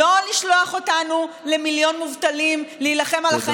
לא לשלוח מיליון מובטלים להילחם על החיים